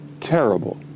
terrible